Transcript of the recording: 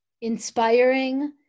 inspiring